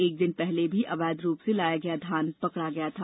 एक दिन पहले भी अवैध रूप से लाया गया धान पकड़ा गया था